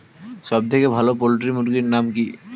সবথেকে ভালো পোল্ট্রি মুরগির নাম কি?